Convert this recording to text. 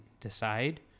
decide